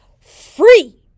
free